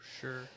Sure